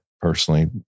personally